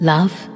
Love